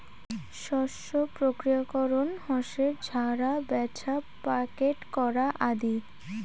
শস্য প্রক্রিয়াকরণ হসে ঝাড়া, ব্যাছা, প্যাকেট করা আদি